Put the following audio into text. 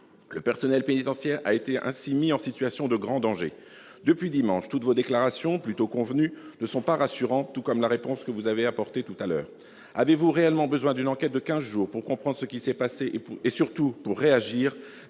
Le personnel pénitentiaire a été ainsi mis en situation de grand danger. Depuis dimanche, vos déclarations, plutôt convenues, ne sont pas rassurantes. La réponse que vous avez faite tout à l'heure ne l'est pas davantage. Avez-vous réellement besoin d'une enquête de quinze jours pour comprendre ce qui s'est passé et, surtout, pour réagir ?